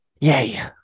Yay